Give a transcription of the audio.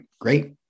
great